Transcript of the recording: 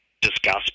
discuss